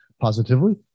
positively